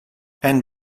and